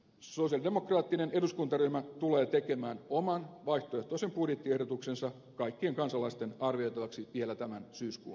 siksi sosialidemokraattinen eduskuntaryhmä tulee tekemään oman vaihtoehtoisen budjettiehdotuksensa kaikkien kansalaisten arvioitavaksi vielä tämän syyskuun aikana